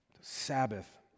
Sabbath